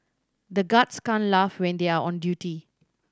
the guards can't laugh when they are on duty